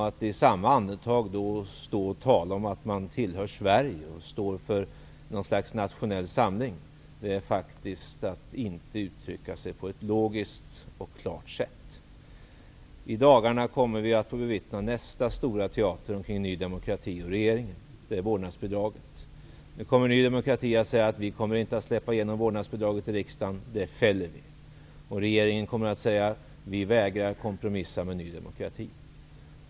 Att man i samma andetag står och talar om att man tillhör Sverige och står för något slags nationell samling är faktiskt att inte uttrycka sig på ett logiskt och klart sätt. I dagarna kommer vi att få bevittna nästa stora teater med Ny demokrati och regeringen. Det handlar om vårdnadsbidraget. Nydemokraterna kommer att säga: Vi kommer inte att släppa igenom förslaget om vårdnadsbidrag. Det fäller vi. Regeringen kommer att säga att man vägrar kompromissa med Ny demokrati.